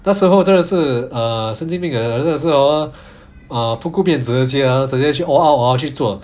那时候真的是 err 神经病 uh 真的是 hor 不顾面子 uh 直接 ah 直接去 all out 去做